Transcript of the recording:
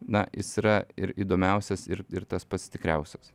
na jis yra ir įdomiausias ir ir tas pats tikriausias